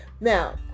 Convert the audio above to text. Now